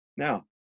Now